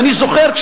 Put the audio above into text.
ואני זוכר,